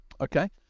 Okay